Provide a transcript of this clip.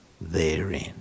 therein